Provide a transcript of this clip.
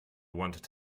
wanted